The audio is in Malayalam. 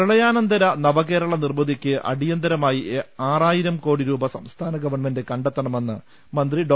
പ്രളയാനന്തര നവകേരള നിർമ്മിതിയ്ക്ക് അടിയന്തരമായി ആറായിരം കോടി രൂപ സംസ്ഥാന ഗവൺമെന്റ് കണ്ടെത്തണ മെന്ന് മന്ത്രി ഡോ